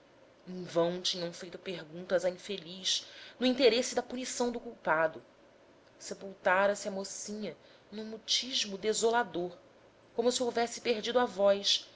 em vão tinham feito perguntas à infeliz no interesse da punição do culpado sepultara se a mocinha num mutismo desolador como se houvesse perdido a voz